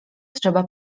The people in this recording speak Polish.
trzeba